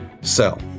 Sell